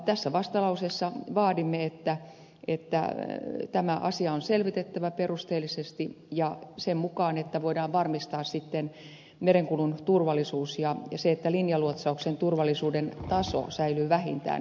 tässä vastalauseessa vaadimme että tämä asia on selvitettävä perusteellisesti ja sen mukaan että voidaan varmistaa merenkulun turvallisuus ja se että linjaluotsauksen turvallisuuden taso säilyy vähintään nykyisellä tasolla